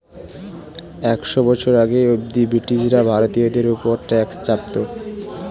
একশ বছর আগে অব্দি ব্রিটিশরা ভারতীয়দের উপর ট্যাক্স চাপতো